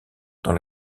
dans